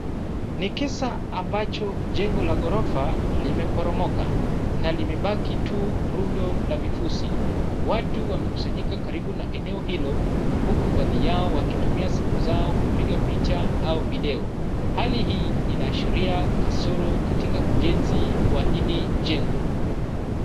Ni kisa ambayo jengo la ghorofa limeporomoka na limebaki tu rundo la vifusi . Watu wamekusanyika karibu na eneo hilo huku baadhi yao wakitumia simu zao kupiga picha au video. Hali hii inaashiria kasoro katika ujenzi wa hili jengo.